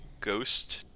ghost